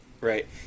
Right